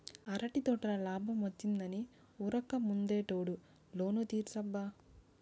అరటి తోటల లాబ్మొచ్చిందని ఉరక్క ముందటేడు లోను తీర్సబ్బా